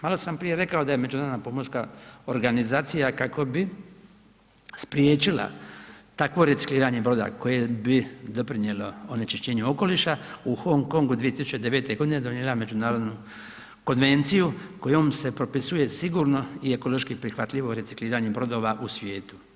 Malo sam prije rekao da je međunarodna pomorska organizacija kako bi spriječila takvo recikliranje broda koje bi doprinijelo onečišćenje okoliša u Hong Kongu 2009. godine donijela Međunarodnu konvenciju kojom se propisuje sigurno i ekološki prihvatljivo recikliranje brodova u svijetu.